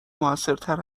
موثرتر